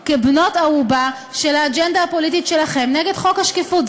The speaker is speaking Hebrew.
כבנות-ערובה של האג'נדה הפוליטית שלכם נגד חוק השקיפות.